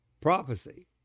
prophecy